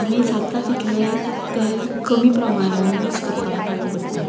आमी जाता तितलें तेल कमी प्रमाणान यूज करपाक ट्राय करतात